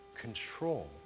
control